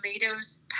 tomatoes